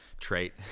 trait